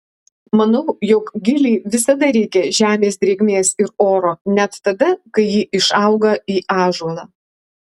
manau jog gilei visada reikia žemės drėgmės ir oro net tada kai ji išauga į ąžuolą